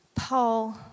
Paul